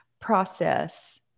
process